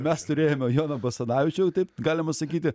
mes turėjom joną basanavičių taip galima sakyti